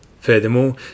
Furthermore